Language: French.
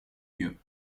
lieu